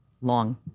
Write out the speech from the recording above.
long